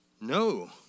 no